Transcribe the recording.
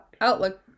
outlook